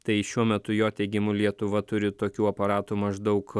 tai šiuo metu jo teigimu lietuva turi tokių aparatų maždaug